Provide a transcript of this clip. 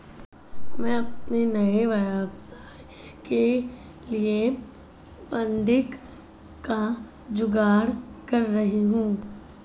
मैं अपने नए व्यवसाय के लिए फंडिंग का जुगाड़ कर रही हूं